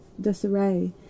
disarray